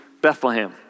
Bethlehem